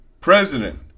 president